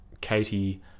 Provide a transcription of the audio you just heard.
Katie